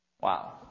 Wow